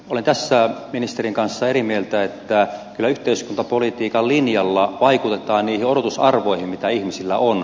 olen tässä ministerin kanssa eri mieltä että kyllä yhteiskuntapolitiikan linjalla vaikutetaan niihin odotusarvoihin joita ihmisillä on